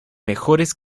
mejores